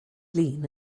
lin